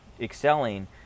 excelling